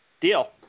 deal